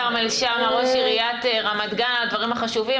כרמל שאמה, ראש עיריית רמת גן, על הדברים החשובים.